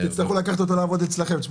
תצטרכו לקחת אותו לעבוד אצלכם...